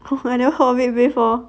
!huh! I never heard of it before